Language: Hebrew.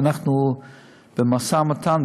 ואנחנו במשא-ומתן,